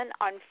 On